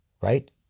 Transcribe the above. right